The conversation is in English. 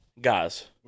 Guys